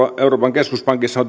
euroopan keskuspankissa on